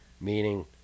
Meaning